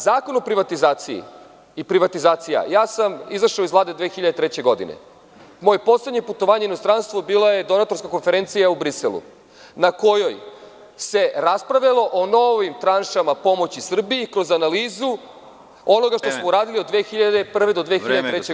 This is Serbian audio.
Zakon o privatizaciji i privatizacija, izašao sam iz Vlade 2003. godine, moje poslednje putovanje u inostranstvu bila je donatorska konferencija u Briselu, na kojoj se raspravljalo o novim tranšama pomoći Srbiji kroz analizu onoga što smo uradili od 2001. do 2003. godine.